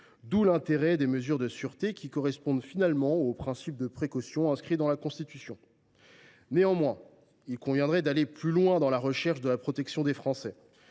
D’où l’intérêt des mesures de sûreté, qui correspondent finalement au principe de précaution inscrit dans la Constitution. Néanmoins, il conviendrait d’aller plus loin dans la recherche de la protection des Français.